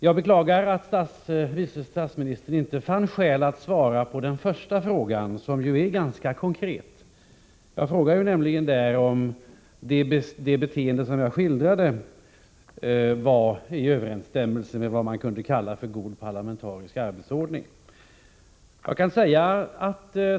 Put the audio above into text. Jag beklagar att vice statsministern inte fann skäl att svara på den första frågan, som ju är ganska konkret. Jag frågar nämligen om det beteende som jag skildrade var i överensstämmelse med vad man kunde kalla för god parlamentarisk arbetsordning.